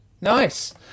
nice